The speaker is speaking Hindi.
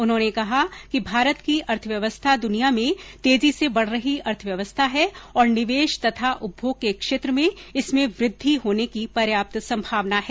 उन्होंने कहा कि भारत की अर्थव्यवस्था दुनिया में तेजी से बढ़ रही अर्थव्यवस्था है और निवेश तथा उपभोग के क्षेत्र में इसमें वृद्धि होने की पर्याप्त संभावना है